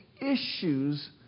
issues